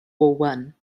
war